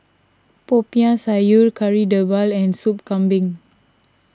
Popiah Sayur Kari Dewilia and Soup Kambing